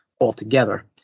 altogether